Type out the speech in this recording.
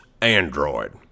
android